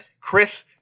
Chris